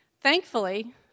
Thankfully